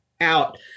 out